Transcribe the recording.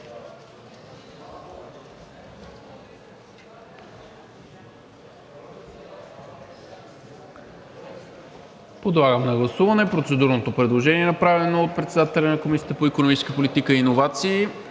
Подлагам на гласуване процедурното предложение, направено от председателя на Комисията по икономическа политика и иновации,